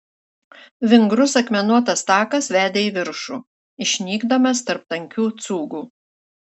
vingrus akmenuotas takas vedė į viršų išnykdamas tarp tankių cūgų